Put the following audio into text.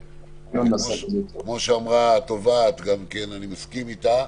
כמו שאמרה התובעת ואני מסכים איתה: